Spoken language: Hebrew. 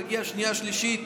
מגיעה שנייה-שלישית,